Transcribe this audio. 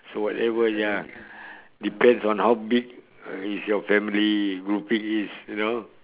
so whatever ya depends on how big is your family grouping is you know